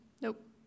nope